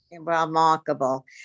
remarkable